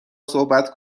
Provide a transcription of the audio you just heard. صحبت